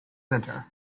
centre